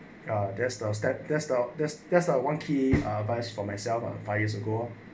ah there's the step there's the one key vice for myself five years ago loh